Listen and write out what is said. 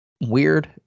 weird